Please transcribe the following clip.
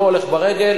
לא הולך ברגל,